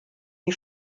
die